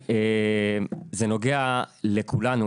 בעיניי זה נוגע לכולנו,